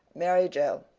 mary joe,